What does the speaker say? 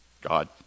God